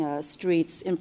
streets